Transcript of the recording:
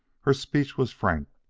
her speech was frank,